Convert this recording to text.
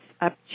up